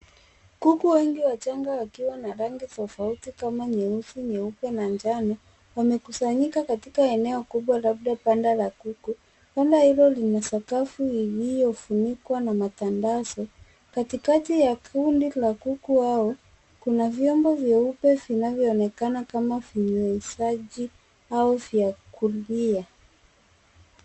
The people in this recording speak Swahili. Kuku wengi wachnga wakiwa na rangi tofauti kama nyesi, nyeupe na njano wamkusanyika katika eneo kubwa lbda banda wa kuku. Banda hilo lina sakafu kubwa iliyofunikwa na matandazo. Katikati ya kundi la kuku hao, kuna vyombo vyeupe vinavyoonekana kama vinyweshaji au vya kulia.